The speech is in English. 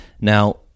Now